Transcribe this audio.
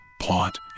plot